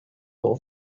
all